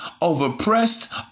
overpressed